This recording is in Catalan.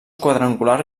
quadrangular